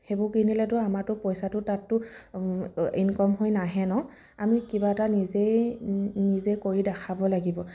সেইবোৰ কিনিলেতো আমাৰতো পইচাটো তাততো ইনকম হৈ নাহে ন আমি কিবা এটা নিজে নিজে কৰিব দেখাব লাগিব